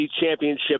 championship